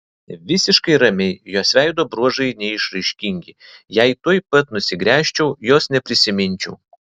visiškai ramiai jos veido bruožai neišraiškingi jei tuoj pat nusigręžčiau jos neprisiminčiau